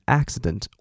accident